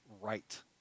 right